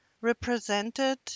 represented